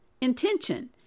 intention